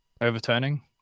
overturning